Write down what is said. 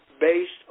based